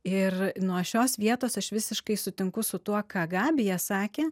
ir nuo šios vietos aš visiškai sutinku su tuo ką gabija sakė